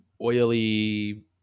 oily